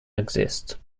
exist